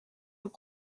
peut